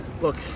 look